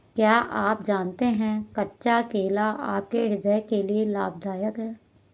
क्या आप जानते है कच्चा केला आपके हृदय के लिए लाभदायक है?